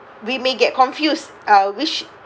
we may get confused uh which